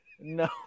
No